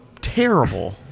terrible